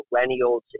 millennials